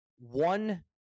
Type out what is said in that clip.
one